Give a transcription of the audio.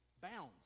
bound